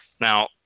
Now